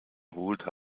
holte